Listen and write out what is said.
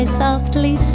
softly